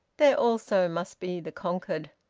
there also must be the conquered.